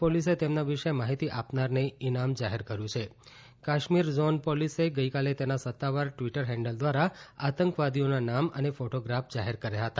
રાજ્ય પોલીસે તેમના વિશે માહિતી આપનારને ઈનામ જાહેર કર્યું છ કાશ્મીર ઝોન પોલીસે ગઈકાલે તેના સત્તાવાર ટ્વિટર હેન્ડલ દ્વારા આતંકવાદીઓના નામ અને ફોટોગ્રાફ જાહેર કર્યા હતા